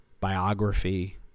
biography